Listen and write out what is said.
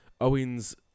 Owens